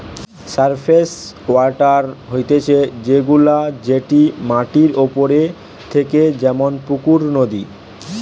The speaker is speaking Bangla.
সারফেস ওয়াটার হতিছে সে গুলা যেটি মাটির ওপরে থাকে যেমন পুকুর, নদী